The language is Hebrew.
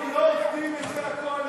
לא נתקבלה.